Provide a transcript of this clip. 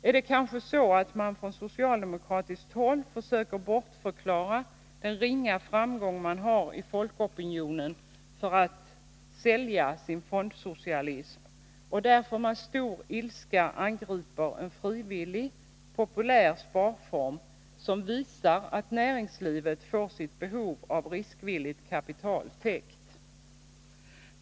Är det kanske så att man från socialdemokratiskt håll försöker bortförklara den ringa framgång man har i folkopinionen när det gäller att sälja sin fondsocialism och därför med stor ilska angriper en frivillig, populär sparform, som visar att näringslivet får sitt behov av riskvilligt kapital täckt?